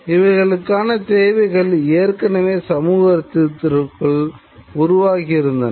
இவைகளுக்கான தேவைகள் ஏற்கனவே சமூகத்திற்குள் உருவாகி இருந்தன